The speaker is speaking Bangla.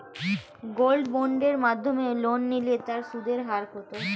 গোল্ড বন্ডের মাধ্যমে লোন নিলে তার সুদের হার কত?